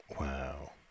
Wow